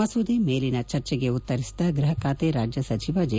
ಮಸೂದೆ ಮೇಲಿನ ಚರ್ಚೆಗೆ ಉತ್ತರಿಸಿದ ಗೃಹ ಖಾತೆ ರಾಜ್ಯ ಸಚಿವ ಜಿ